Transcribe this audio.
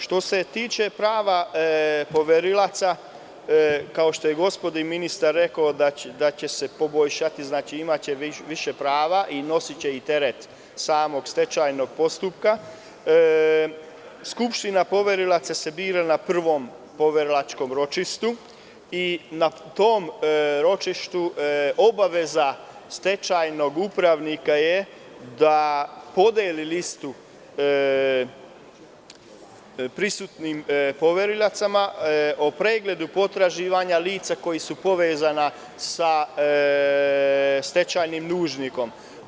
Što se tiče prava poverilaca, kao što je gospodin ministar rekao da će se poboljšati, znači imaće više prava i nosiće i teret samog stečajnog postupka, Skupština poverilaca se bira na prvom poverilačkom ročištu i na tom ročištu obaveza stečajnog upravnika je da podeli listu prisutnim poveriocima o pregledu potraživanja lica koja su povezana sa stečajnim dužnikom.